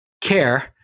care